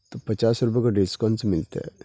تو پچاس روپے کا ڈسکاؤنٹس ملتا ہے